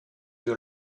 you